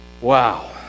Wow